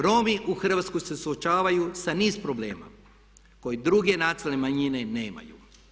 Romi u Hrvatskoj se suočavaju sa niz problema koje druge nacionalne manjine nemaju.